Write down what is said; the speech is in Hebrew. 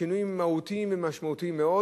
שינויים מהותיים ומשמעותיים מאוד,